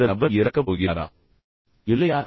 அந்த நபர் இறக்கப் போகிறாரா இல்லையா